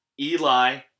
Eli